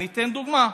אני אתן דוגמה: